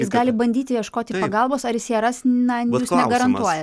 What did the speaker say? jis gali bandyti ieškoti pagalbos ar jis ją ras na jūs negarantuojat